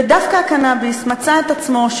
ודווקא הקנאביס מצא את עצמו,